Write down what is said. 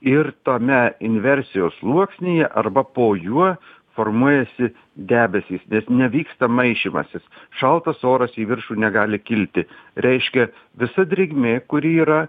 ir tuome inversijos sluoksnyje arba po juo formuojasi debesys nes nevyksta maišymasis šaltas oras į viršų negali kilti reiškia visa drėgmė kuri yra